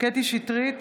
קטרין שטרית,